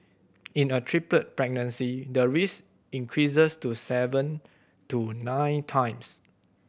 in a triplet pregnancy the risk increases to seven to nine times